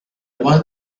want